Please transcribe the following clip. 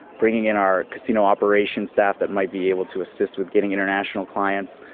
bringing in our casino operation staff that might be able to assist with getting international clients,